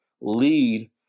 lead